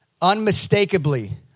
unmistakably